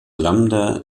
lambda